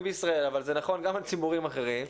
בישראל אבל זה נכון גם על ציבורים אחרים,